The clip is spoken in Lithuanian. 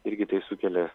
irgi tai sukelia